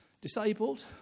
disabled